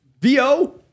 VO